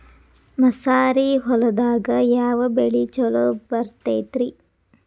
ಮಸಾರಿ ಹೊಲದಾಗ ಯಾವ ಬೆಳಿ ಛಲೋ ಬರತೈತ್ರೇ?